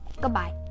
goodbye